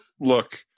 look